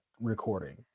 recording